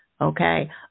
Okay